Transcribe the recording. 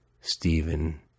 Stephen